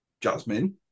Jasmine